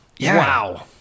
wow